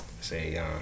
say